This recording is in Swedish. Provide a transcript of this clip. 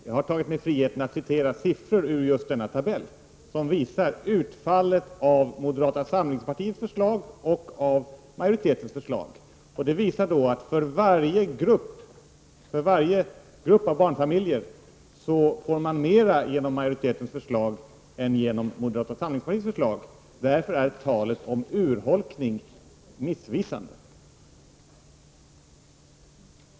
Jag har tagit mig friheten att ur just denna tabell citera siffror som visar utfallet av moderata samlingspartiets förslag och av majoritetens förslag. De visar att varje grupp av barnfamiljer får mer genom majoritetens förslag än genom moderata samlingspartiets förslag. Därför är talet om urholkning missvisande.